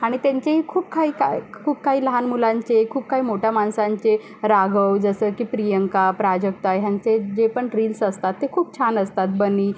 आणि त्यांचेही खूप खाई काही खूप काही लहान मुलांचे खूप काही मोठ्या माणसांचे राघव जसं की प्रियंका प्राजक्ता ह्यांचे जे पण रिल्स असतात ते खूप छान असतात बनी